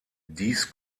dies